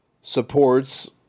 supports